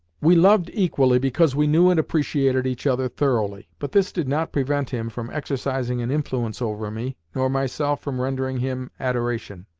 we loved equally because we knew and appreciated each other thoroughly, but this did not prevent him from exercising an influence over me, nor myself from rendering him adoration.